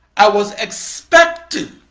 i was expecting